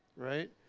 right?